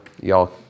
y'all